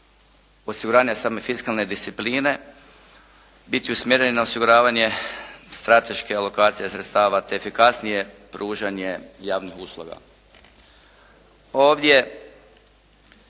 osiguranje same fiskalne discipline biti usmjeren i na osiguravanje strateške alokacije sredstava te efikasnije pružanje javnih usluga.